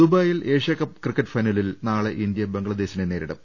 ദുബായിൽ Asia Cup cricket ഫൈനലിൽ നാളെ ഇന്ത്യ ബംഗ്ലാദേശിനെ നേരിടും